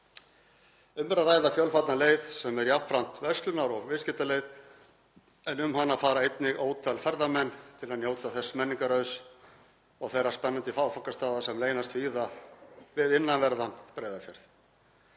Um er að ræða fjölfarna leið sem er jafnframt verslunar- og viðskiptaleið en um hana fara einnig ótal ferðamenn til að njóta þess menningarauðs og spennandi áfangastaða sem leynast víða við innanverðan Breiðafjörð.